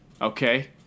Okay